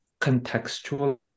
contextual